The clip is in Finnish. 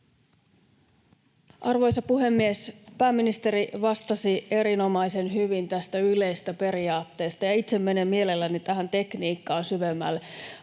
Arvoisa puhemies! Pääministeri vastasi erinomaisen hyvin tästä yleisestä periaatteesta, ja itse menen mielelläni tähän tekniikkaan syvemmälle.